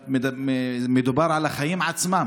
שמדובר על החיים עצמם.